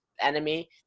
Enemy